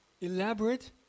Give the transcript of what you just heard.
Elaborate